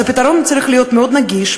אז הפתרון צריך להיות מאוד נגיש,